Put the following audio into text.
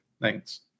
Thanks